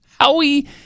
Howie